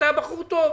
אתה בחור טוב,